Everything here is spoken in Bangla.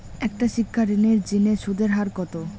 একটা শিক্ষা ঋণের জিনে সুদের হার কত?